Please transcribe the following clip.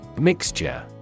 Mixture